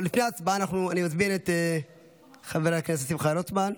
לפני ההצבעה אני מזמין את חבר הכנסת שמחה רוטמן.